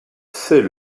c’est